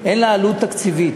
אין לה עלות תקציבית,